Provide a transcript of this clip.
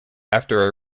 after